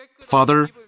Father